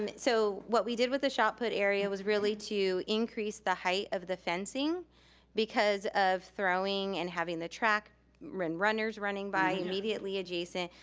um so what we did with the shot put area was really to increase the height of the fencing because of throwing and having the track when runners running by, immediately adjacent,